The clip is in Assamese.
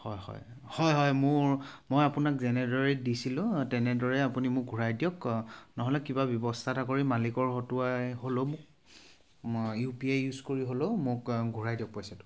হয় হয় হয় হয় মোৰ মই আপোনাক যেনেদৰে দিছিলোঁ তেনেদৰে আপুনি মোক ঘূৰাই দিয়ক নহ'লে কিবা ব্যৱস্থা এটা কৰি মালিকৰ হতুৱাই হ'লেও মোক ইউ পি আই ইউজ কৰি হ'লেও মোক ঘূৰাই দিয়ক পইচাটো